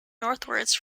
northwards